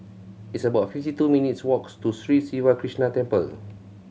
it's about fifty two minutes' walks to Sri Siva Krishna Temple